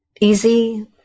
easy